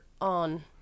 on